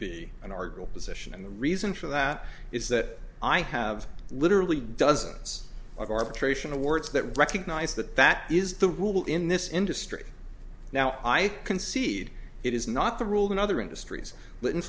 be an arguer position and the reason for that is that i have literally dozens of arbitration awards that recognize that that is the rule in this industry now i concede it is not the rule in other industries but in